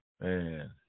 Man